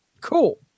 cool